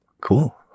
Cool